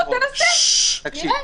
בוא תנסה, נראה.